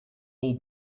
all